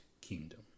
kingdom